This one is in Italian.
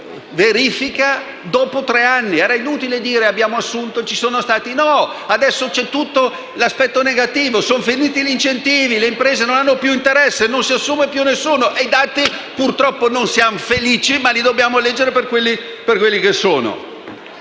la verifica, dopo tre anni. Era inutile dire che vi sono state assunzioni, perché ora si manifesta tutto l'aspetto negativo: sono finiti gli incentivi, le imprese non hanno più interesse e non si assume più nessuno e i dati purtroppo, non ne siamo felici, ma dobbiamo leggerli per quelli che sono.